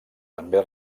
també